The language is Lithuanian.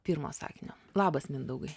pirmo sakinio labas mindaugai